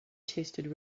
tasted